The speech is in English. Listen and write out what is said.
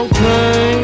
Okay